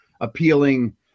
appealing